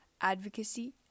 advocacy